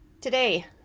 today